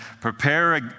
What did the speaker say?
Prepare